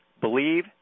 believe